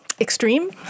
extreme